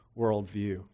worldview